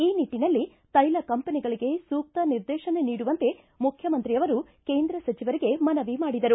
ಈ ನಿಟ್ಟನಲ್ಲಿ ತೈಲ ಕಂಪೆನಿಗಳಿಗೆ ಸೂಕ್ತ ನಿರ್ದೇಶನ ನೀಡುವಂತೆ ಮುಖ್ಯಮಂತ್ರಿ ಅವರು ಕೇಂದ್ರ ಸಚಿವರಿಗೆ ಮನವಿ ಮಾಡಿದರು